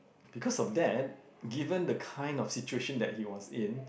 because of that given the kind of situation that he was in